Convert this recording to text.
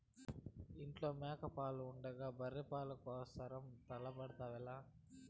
ఇంట్ల మేక పాలు ఉండగా బర్రె పాల కోసరం తనకలాడెదవేల